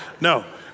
no